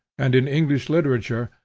and, in english literature,